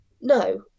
No